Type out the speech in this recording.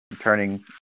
Turning